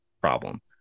problem